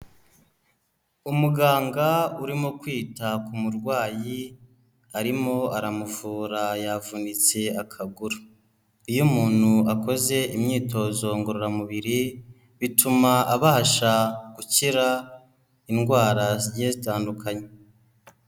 Umuganga urimo kwita ku murwayi, arimo aramuvura yavunitse akaguru. Iyo umuntu akoze imyitozo ngororamubiri bituma abasha gukira indwara zigiye zitandukanye.